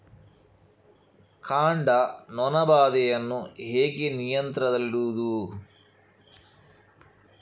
ಕಾಂಡ ನೊಣ ಬಾಧೆಯನ್ನು ಹೇಗೆ ನಿಯಂತ್ರಣದಲ್ಲಿಡುವುದು?